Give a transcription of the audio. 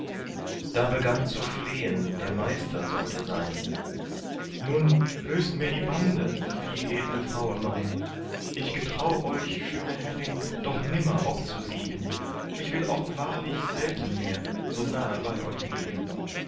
da begann zu flehen der meister sollte sein nun löst mir die bande viel edle fraue mein ich getrau euch schöne herrin doch nimmer obzusiegen und will auch wahrlich selten mehr so nahe bei euch liegen